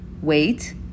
Wait